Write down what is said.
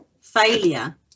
failure